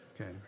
Okay